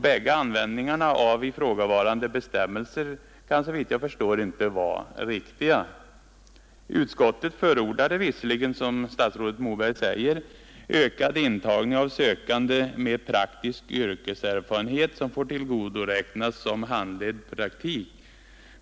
Båda tolkningarna av ifrågavarande bestämmelser kan inte vara riktiga! Utskottet förordade visserligen, som statsrådet Moberg säger, ökad intagning av sökande ”med praktisk yrkeserfarenhet som får tillgodoräknas som handledd praktik”.